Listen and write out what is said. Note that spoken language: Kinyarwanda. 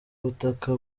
butaka